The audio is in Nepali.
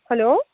हेलो